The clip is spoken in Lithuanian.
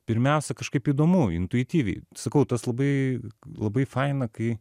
pirmiausia kažkaip įdomu intuityviai sakau tas labai labai faina kai